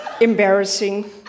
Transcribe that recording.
Embarrassing